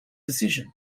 decisions